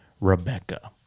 rebecca